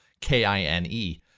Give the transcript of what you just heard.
K-I-N-E